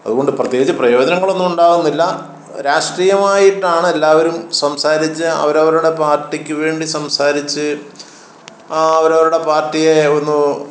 അതുകൊണ്ട് പ്രത്യേകിച്ച് പ്രയോജനങ്ങളൊന്നും ഉണ്ടാകുന്നില്ല രാഷ്ട്രീയമായിട്ട് ആണ് എല്ലാവരും സംസാരിച്ച് അവരവരുടെ പാർട്ടിക്ക് വേണ്ടി സംസാരിച്ച് അവരവരുടെ പാർട്ടിയെ ഒന്ന്